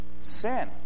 Sin